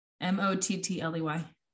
M-O-T-T-L-E-Y